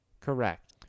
Correct